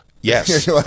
Yes